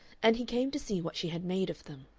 and he came to see what she had made of them.